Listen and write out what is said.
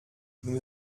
nous